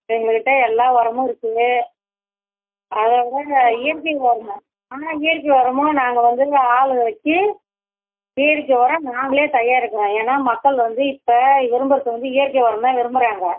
எங்கள்க்கிட்ட எல்லா உரமும் இருக்கு அதவிட இயற்கை உரம்மா ஆ இயற்கை உரமும் நாங்கள் வந்து ஆளுகள் வச்சு இயற்கை உரம் நாங்களே தயாரிக்கிறோம் ஏன்னா மக்கள் வந்து இப்போ விரும்புகிறது வந்து இயற்கை உரந்தான் விரும்புறாங்க